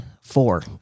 four